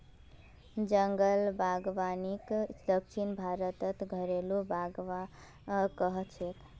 जंगल बागवानीक दक्षिण भारतत घरेलु बाग़ कह छे